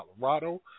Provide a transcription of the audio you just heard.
Colorado